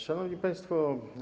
Szanowni Państwo!